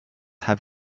have